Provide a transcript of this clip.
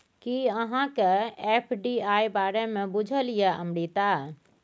कि अहाँकेँ एफ.डी.आई बारे मे बुझल यै अमृता?